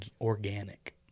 organic